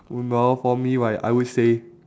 oo no for me right I would say